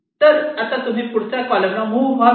तर आता तुम्ही पुढच्या कॉलम ला मुव्ह व्हावे